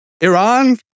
Iran